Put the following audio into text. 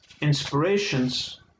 inspirations